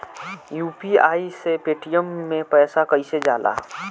UPI से Paytm मे पैसा कइसे जाला?